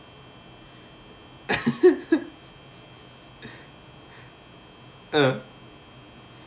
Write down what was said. uh